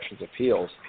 Appeals